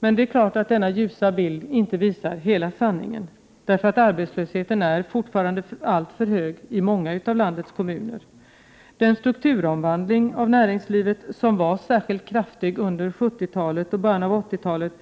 Men det är klart att denna ljusa bild inte visar hela sanningen. Arbetslösheten är fortfarande alltför hög i många av landets kommuner. Den strukturomvandling av näringslivet som var särskilt kraftig under 70-talet och början av 80-talet